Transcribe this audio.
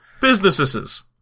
Businesses